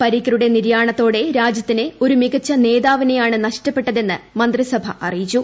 പരീക്കറുടെ നിര്യാണത്തോടെ രാജ്യത്തിന് ഒരു മികച്ച നേതാവിനെയാണ് നഷ്ടപ്പെട്ടതെന്ന് മന്ത്രിസഭ അറിയിച്ചു